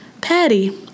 Patty